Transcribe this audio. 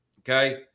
Okay